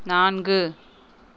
நான்கு